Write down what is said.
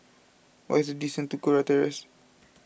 what is the distance to Kurau Terrace